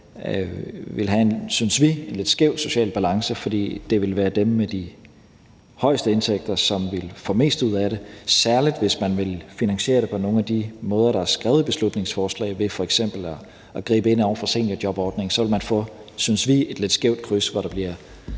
vil have en, synes vi, lidt skæv social balance, fordi det vil være dem med de højeste indtægter, som vil få mest ud af det. Særlig hvis man vil finansiere det på nogle af de måder, der er skrevet i beslutningsforslaget – f.eks. at gribe ind over for seniorjobordningen – vil man få et, synes vi, lidt skævt kryds, hvor der bliver